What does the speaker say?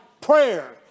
prayer